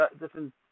different